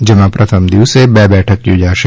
જેમાં પ્રથમ દિવસે બે બૈઠક યોજશે